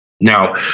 Now